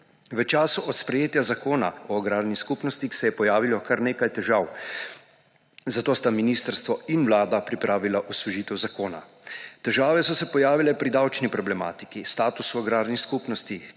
V času od sprejetja Zakona o agrarnih skupnostih se je pojavilo, kar nekaj težav, zato sta ministrstvoin vlada pripravila osvežitev zakona. Težave so se pojavile pri davčni problematiki, statusu agrarnih skupnosti,